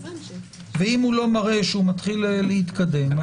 ואם לא מראה שהתחיל להתקדם,